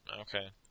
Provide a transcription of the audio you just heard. Okay